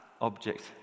object